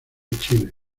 chile